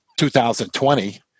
2020